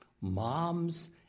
moms